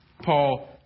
Paul